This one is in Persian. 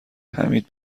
حمید